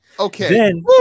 Okay